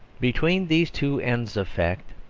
between these two ends of fact,